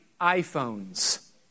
iPhones